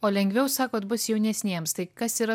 o lengviau sakot bus jaunesniems tai kas yra